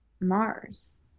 mars